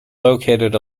located